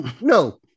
No